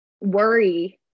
worry